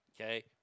okay